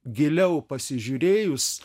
giliau pasižiūrėjus